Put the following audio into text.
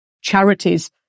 charities